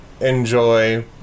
enjoy